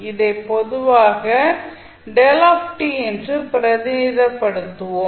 இதை பொதுவாக என்று பிரதிநிதித்துவப் படுத்துவோம்